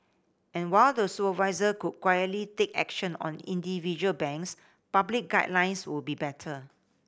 and while the supervisor could quietly take action on individual banks public guidelines would be better